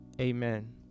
amen